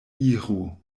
iru